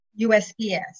USPS